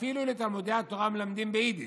אפילו בתלמודי התורה מלמדים ביידיש.